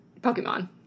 Pokemon